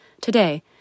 Today